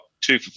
two